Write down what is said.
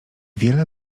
wiele